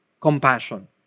compassion